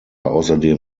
außerdem